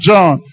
John